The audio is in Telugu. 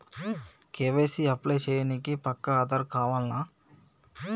కే.వై.సీ అప్లై చేయనీకి పక్కా ఆధార్ కావాల్నా?